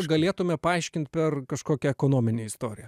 ar galėtume paaiškint per kažkokią ekonominę istoriją